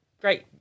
great